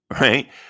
right